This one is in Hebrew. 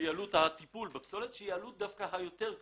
שהיא העלות היותר כבדה.